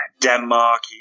Denmark